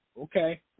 Okay